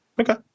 Okay